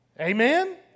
Amen